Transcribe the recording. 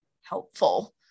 helpful